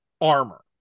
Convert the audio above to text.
armor